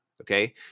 Okay